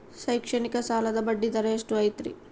ಶೈಕ್ಷಣಿಕ ಸಾಲದ ಬಡ್ಡಿ ದರ ಎಷ್ಟು ಐತ್ರಿ?